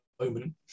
moment